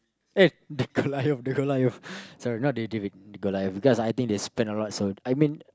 eh the Golliath the Golliath sorry not David the Golliath because I think they spend a lot so I mean